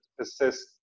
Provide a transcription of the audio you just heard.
assist